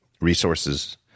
resources